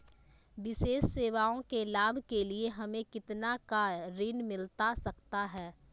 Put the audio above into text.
विशेष सेवाओं के लाभ के लिए हमें कितना का ऋण मिलता सकता है?